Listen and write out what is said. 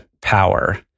power